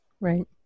right